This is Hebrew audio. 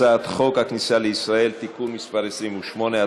הצעת חוק הכניסה לישראל (תיקון מס' 28),